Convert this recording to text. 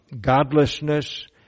godlessness